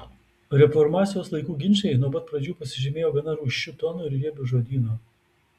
reformacijos laikų ginčai nuo pat pradžių pasižymėjo gana rūsčiu tonu ir riebiu žodynu